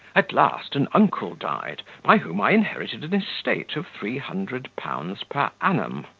at last an uncle died, by whom i inherited an estate of three hundred pounds per annum,